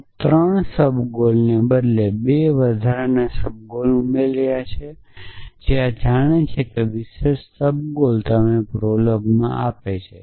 તમે 3 સબગોલ્સ ને બદલે 2 વધારાના સબગોલ્સ ઉમેર્યા છે આ તે છે જે વિશેષ સબગોલ્સ તમને પ્રોલોગઆપે છે